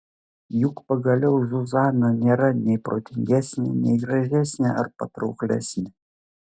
juk pagaliau zuzana nėra nei protingesnė nei gražesnė ar patrauklesnė